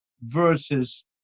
versus